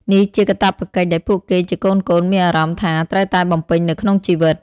នេះជាកាតព្វកិច្ចដែលពួកគេជាកូនៗមានអារម្មណ៍ថា ត្រូវតែបំពេញនៅក្នុងជីវិត។